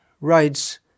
writes